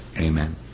Amen